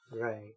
Right